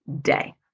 day